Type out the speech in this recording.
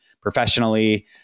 professionally